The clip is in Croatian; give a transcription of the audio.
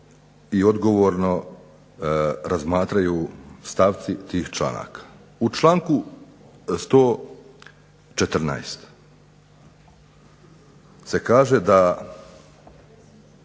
i odgovorno razmatraju stavci tih članaka. U članku 114. se kaže da